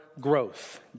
Growth